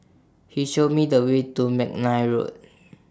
He Show Me The Way to Mcnair Road